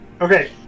okay